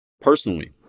Personally